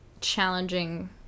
challenging